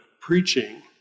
preaching